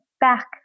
back